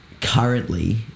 currently